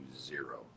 zero